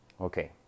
Okay